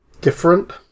different